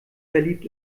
verliebt